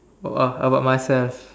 about uh about myself